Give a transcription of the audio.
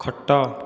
ଖଟ